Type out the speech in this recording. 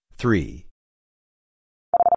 three